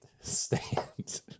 stand